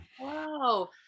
Wow